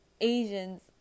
Asians